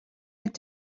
mit